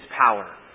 power